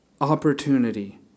opportunity